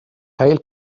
hail